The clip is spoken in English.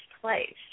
place